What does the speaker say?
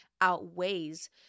outweighs